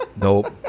Nope